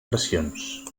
pressions